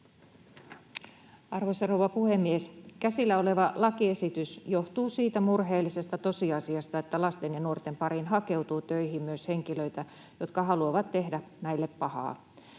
Arvoisa rouva puhemies! Käsillä oleva lakiesitys johtuu siitä murheellisesta tosiasiasta, että lasten ja nuorten pariin hakeutuu töihin myös henkilöitä, jotka haluavat tehdä näille pahaa.